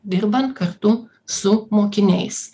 dirbant kartu su mokiniais